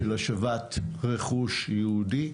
של השבת רכוש יהודי,